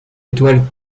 étoile